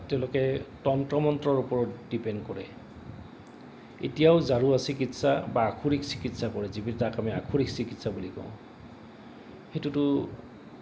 তেওঁলোকে তন্ত্ৰ মন্ত্ৰৰ ওপৰত ডিপেণ্ড কৰে এতিয়াও জাৰুৱা চিকিৎসা বা আসুৰিক চিকিৎসা কৰে যিবিলাক আমি আসুৰিক চিকিৎসা বুলি কওঁ সেইটোতো